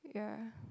yeah